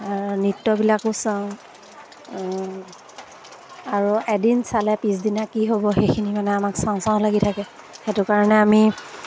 নৃত্যবিলাকো চাওঁ আৰু এদিন চালে পিছদিনা কি হ'ব সেইখিনি মানে আমাক চাওঁ চাওঁ লাগি থাকে সেইটো কাৰণে আমি